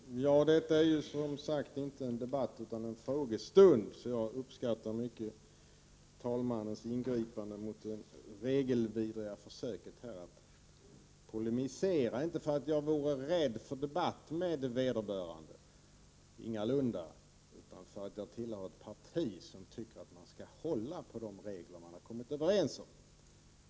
Herr talman! Detta är som sagt inte en debatt utan en frågestund, och jag uppskattar mycket talmannens ingripande mot det regelvidriga försöket att polemisera. Det beror ingalunda på att jag vore rädd för en debatt med vederbörande utan på att jag tillhör ett parti som tycker att man skall hålla på de regler man har kommit överens om.